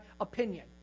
opinion